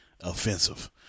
offensive